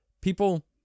people